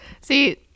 See